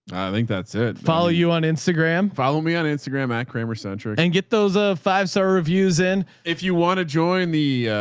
i think that's it. follow you on instagram. follow me on instagram at kramer century and get those a five star reviews in. if you want to join the